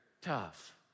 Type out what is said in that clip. tough